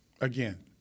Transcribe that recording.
again